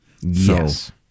Yes